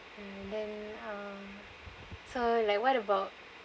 um and then uh so like what about